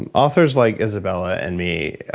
and authors like izabella and me,